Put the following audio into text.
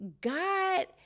God